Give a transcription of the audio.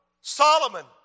Solomon